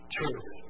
truth